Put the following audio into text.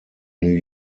new